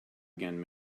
again